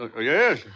Yes